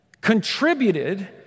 contributed